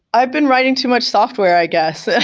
i've been writing too much software i guess. ah